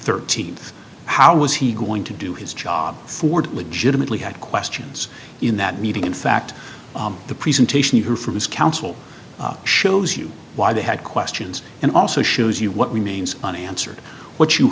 thirteenth how was he going to do his job ford legitimately had questions in that meeting in fact the presentation her from his counsel shows you why they had questions and also shows you what we means unanswered what you